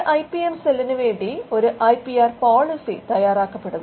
ഒരു I P M സെല്ലിനുവേണ്ടി ഒരു ഐ പി ർ പോളിസി തയാറാക്കപ്പെടുന്നു